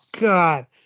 God